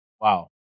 Wow